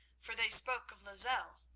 for they spoke of lozelle,